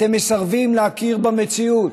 אתם מסרבים להכיר במציאות.